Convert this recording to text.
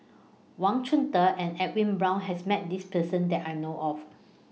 Wang Chunde and Edwin Brown has Met This Person that I know of